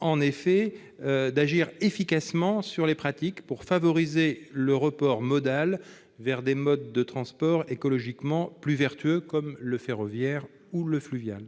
ainsi d'agir efficacement sur les pratiques pour favoriser le report modal vers des modes de transports écologiquement plus vertueux, comme le ferroviaire ou le fluvial.